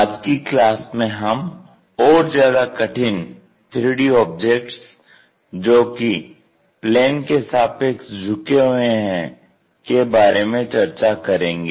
आज की क्लास में हम और ज्यादा कठिन 3D ऑब्जेक्ट्स जोकि प्लेन के सापेक्ष झुके हुए हैं के बारे में चर्चा करेंगे